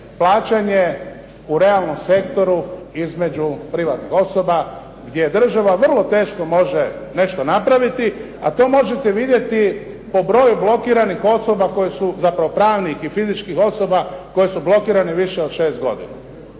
plaćanje u realnom sektoru između privatnih osoba gdje država vrlo teško može nešto napraviti, a to možete vidjeti po broju blokiranih osoba koje su, zapravo pravnih i fizičkih osoba koje su blokirane više od 6 godina.